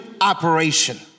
operation